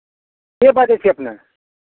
के बजै छी अपने